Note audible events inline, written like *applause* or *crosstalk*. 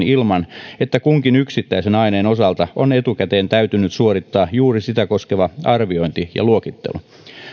*unintelligible* ilman että kunkin yksittäisen aineen osalta on etukäteen täytynyt suorittaa juuri sitä koskeva arviointi ja luokittelu